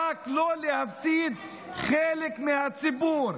רק כדי לא להפסיד חלק מהציבור.